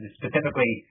specifically